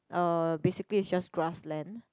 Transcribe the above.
um basically is just grass land